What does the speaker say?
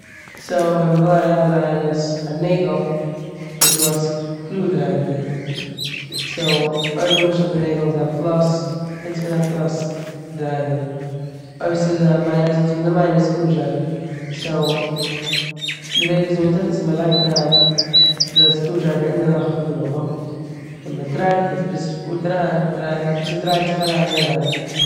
סאו ווען מ'וויל אריינדרייען א סק- א נעגל איז דא א סקרו- דרייווער. סאו אויב נמשל די נעגל איז א פלאס נוצט מען א פלאס דרייווער, אויב ס'איז א מייניס נוצט מען די מייניס סקרו- דרייווער. סאו די וועג וויאזוי מ'טוט עס איז מ'לייגט אריין די סקרו-דרייווער אין די לאך פון די נאגל און מ'דרייט עס ביז ס'פארט אריין דריי- ס'דרייט זיך אריין אינעווייניג.